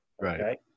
Right